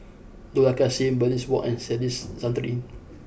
Dollah Kassim Bernice Wong and Denis Santry